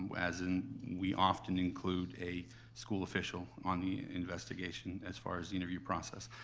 as in, we often include a school official on the investigation as far as the interview process.